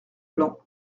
plan